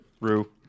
Rue